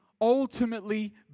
ultimately